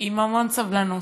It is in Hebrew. עם המון סבלנות,